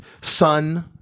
son